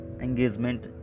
engagement